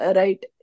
right